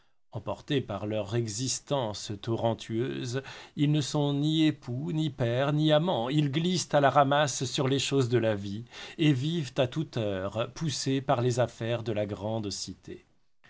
emportés par leur existence torrentueuse ils ne sont ni époux ni pères ni amants ils glissent à la ramasse sur les choses de la vie et vivent à toute heure poussés par les affaires de la grande cité